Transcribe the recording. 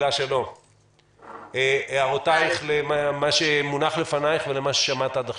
את הערותיך למה שמונח בפניך ומה ששמעת עד עכשיו.